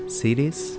series